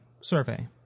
survey